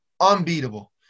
unbeatable